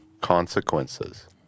Consequences